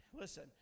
Listen